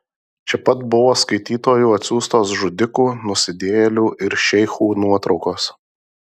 čia pat buvo skaitytojų atsiųstos žudikų nusidėjėlių ir šeichų nuotraukos